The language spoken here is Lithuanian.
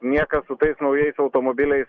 niekas su tais naujais automobiliais